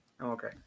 Okay